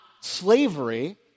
slavery